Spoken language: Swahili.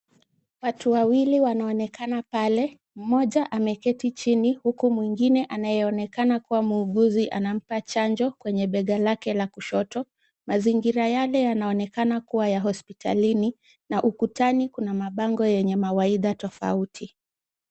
Watu wawili wanaonekana pale, mmoja ameketi chini huku mwingine anayeonekana kuwa muuguzi anampa chanjo kwenye bega lake la kushoto. Mazingira yale yanaonekana kuwa ya hospitalini na ukutani kuna mabango yenye mawaidha tofauti.